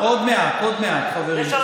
עוד מעט, עוד מעט, חברים.